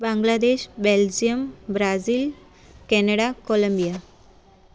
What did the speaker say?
Bangladesh Belgium Brazil Canada Colombia